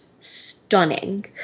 stunning